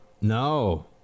no